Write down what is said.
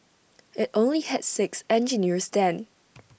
IT only had six engineers then